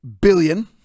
billion